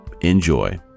enjoy